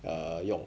err 用